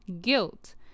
guilt